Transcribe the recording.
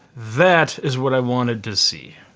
that is what i wanted to see.